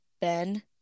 Ben